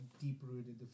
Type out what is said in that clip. deep-rooted